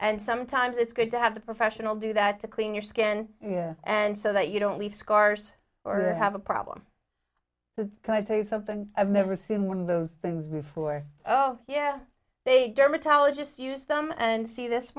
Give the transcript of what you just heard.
and sometimes it's good to have a professional do that to clean your skin and so that you don't leave scars or have a problem so can i tell you something i've never seen one of those things before oh yeah they dermatologists use them and see this